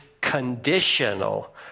conditional